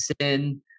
sin